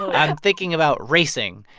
i'm thinking about racing.